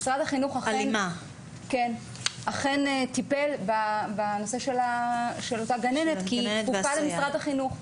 משרד החינוך אכן טיפל בנושא של הגננת כי היא כפופה למשרד החינוך.